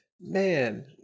man